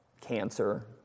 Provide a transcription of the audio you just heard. cancer